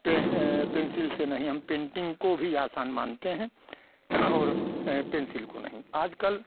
पे पेन्सिल से नहीं हम पेन्टिन्ग को ही आसान मानते हैं और पेन्सिल को नहीं आजकल